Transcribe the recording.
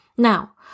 Now